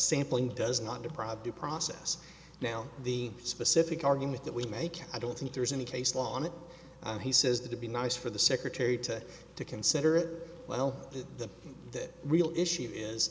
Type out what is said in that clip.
sampling does not deprive due process now the specific argument that we make i don't think there's any case law on it he says that to be nice for the secretary to consider it well that that real issue is